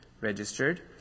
registered